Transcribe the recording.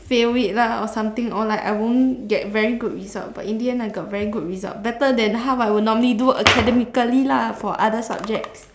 fail it lah or something or like I won't get very good result but in the end I got very good result better than how I would normally do academically lah for other subjects